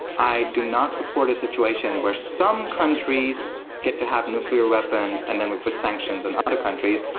i do not support a situation where some countries get to have nuclear weapons, and then we put sanctions on other countries.